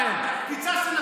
פוגעים?